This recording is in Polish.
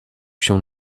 się